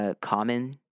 Common